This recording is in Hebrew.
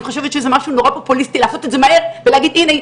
אני חושבת שזה משהו נורא פופוליסטי לעשות את זה מהר ולהגיד 'הנה'.